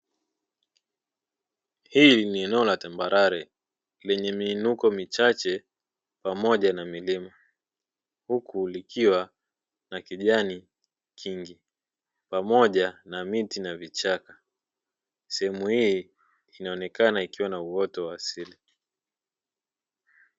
Hili ni eneo la tambarare lenye miinuko michache pamoja na milima, huku likiwa na pamoja na miti na vichaka, sehemu hii inaonekana ikiwa na uoto wa asili.